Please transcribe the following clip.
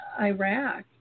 Iraq